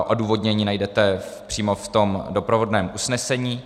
Odůvodnění najdete přímo v tom doprovodném usnesení.